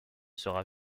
sera